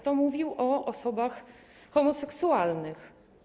To mówił o osobach homoseksualnych.